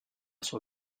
sua